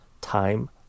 time